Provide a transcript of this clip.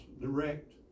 direct